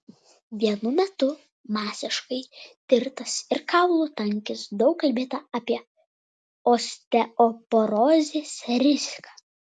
vienu metu masiškai tirtas ir kaulų tankis daug kalbėta apie osteoporozės riziką